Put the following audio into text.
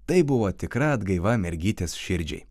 tai buvo tikra atgaiva mergytės širdžiai